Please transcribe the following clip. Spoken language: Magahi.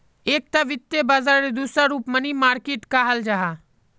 एकता वित्त बाजारेर दूसरा रूप मनी मार्किट कहाल जाहा